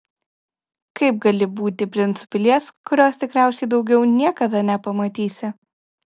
kaip gali būti princu pilies kurios tikriausiai daugiau niekada nepamatysi